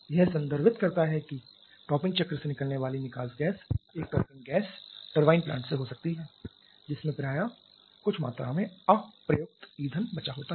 यह संदर्भित करता है कि टॉपिंग चक्र से निकलने वाली निकास गैस एक टॉपिंग गैस टरबाइन प्लांट से हो सकती है जिसमें प्रायः कुछ मात्रा में अप्रयुक्त ईंधन बचा होता है